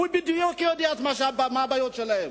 הוא יודע בדיוק מה הבעיות שלהם.